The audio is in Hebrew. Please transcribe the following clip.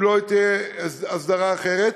אם לא תהיה הסדרה אחרת.